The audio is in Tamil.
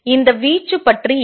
இந்த வீச்சு பற்றி என்ன